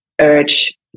urge